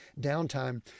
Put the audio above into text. downtime